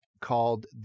called